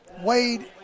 Wade